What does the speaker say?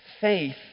Faith